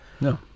no